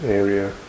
area